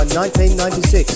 1996